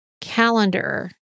calendar